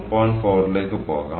4 ലേക്ക് പോകാം